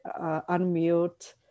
unmute